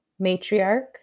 matriarch